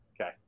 Okay